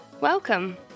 Welcome